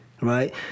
right